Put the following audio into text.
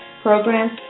programs